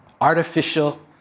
artificial